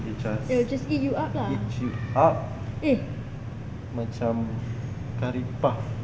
it will just eat you up macam curry puff